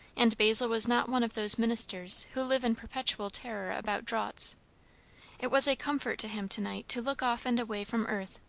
and basil was not one of those ministers who live in perpetual terror about draughts it was a comfort to him to-night to look off and away from earth,